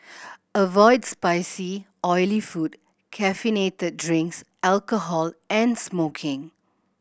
avoids spicy oily food caffeinated drinks alcohol and smoking